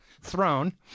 throne